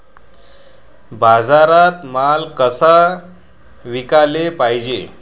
बाजारात माल कसा विकाले पायजे?